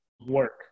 work